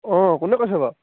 অঁ কোনে কৈছে বাৰু